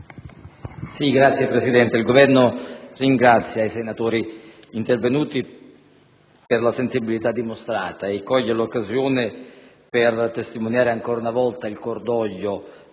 con il Parlamento*. Il Governo ringrazia i senatori intervenuti per la sensibilità dimostrata e coglie l'occasione per testimoniare, ancora una volta, il cordoglio